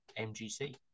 MGC